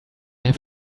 have